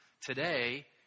today